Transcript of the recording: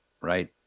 right